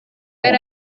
yari